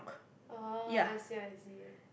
oh I see I see